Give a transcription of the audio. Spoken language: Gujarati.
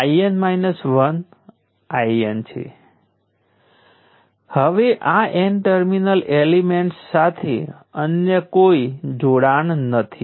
તેથી ઇન્ડક્ટર એક પેસિવ એલિમેન્ટ છે